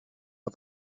but